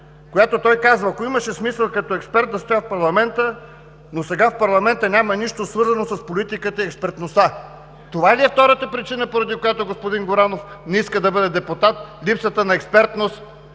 той казва: „Ако имаше смисъл като експерт, да стоя в парламента, но сега в парламента няма нищо, свързано с политиката и с експертността.“ Това ли е втората причина, поради която господин Горанов не иска да бъде депутат – липсата на експертност,